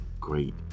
great